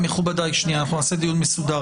מכובדיי, נעשה דיון מסודר.